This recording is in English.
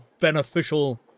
beneficial